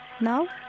Now